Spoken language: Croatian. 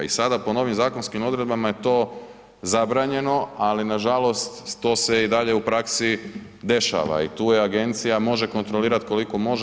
I sada po novim zakonskim odredbama je to zabranjeno, ali nažalost to se i dalje u praski dešava i tu je agencija može kontrolirati koliko može.